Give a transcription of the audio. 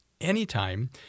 anytime